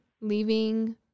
leaving